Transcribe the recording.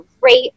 great